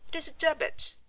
it is a debit.